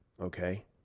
okay